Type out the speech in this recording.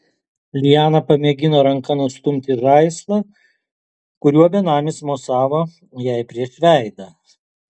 liana pamėgino ranka nustumti žaislą kuriuo benamis mosavo jai prieš veidą